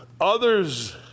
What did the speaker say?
others